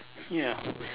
ya